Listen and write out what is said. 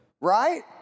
right